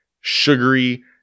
sugary